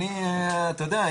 אתה יודע,